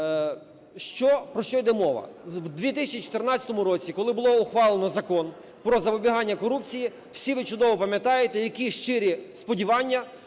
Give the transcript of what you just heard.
Про що йде мова? У 2014 році, коли було ухвалено Закон про запобігання корупції, всі ви чудово пам'ятаєте, які щирі сподівання